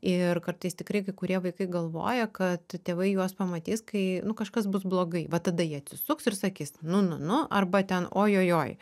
ir kartais tikrai kai kurie vaikai galvoja kad tėvai juos pamatys kai nu kažkas bus blogai va tada jie atsisuks ir sakys nu nu nu arba ten ojojoj